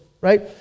right